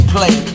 Play